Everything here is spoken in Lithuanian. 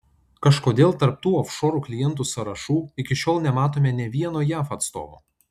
kažkodėl tarp tų ofšorų klientų sąrašų iki šiol nematome nė vieno jav atstovo